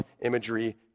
imagery